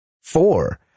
four